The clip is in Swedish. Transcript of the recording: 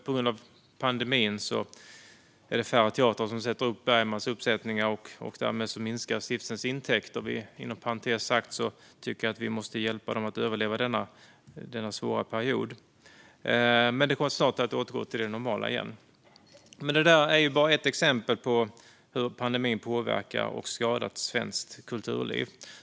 På grund av pandemin är det just nu färre teatrar som sätter upp Bergmans pjäser, och därmed minskar stiftelsens intäkter. Inom parentes sagt tycker jag att vi måste hjälpa den att överleva denna svåra period. Det kommer snart att återgå till det normala, men det är bara ett exempel på hur pandemin har påverkat och skadat svenskt kulturliv.